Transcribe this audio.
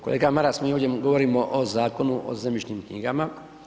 Kolega Maras, mi ovdje govorimo o Zakonu o zemljišnim knjigama.